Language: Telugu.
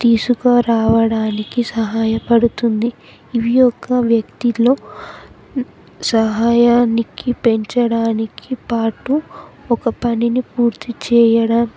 తీసుకురావడానికి సహాయపడుతుంది ఇవి ఒక వ్యక్తిలో సహాయానికి పెంచడానికి పాటు ఒక పనిని పూర్తి చేయడం